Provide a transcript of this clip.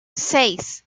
seis